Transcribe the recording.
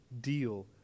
deal